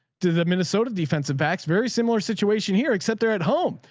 to the minnesota defensive backs. very similar situation here, except they're at home.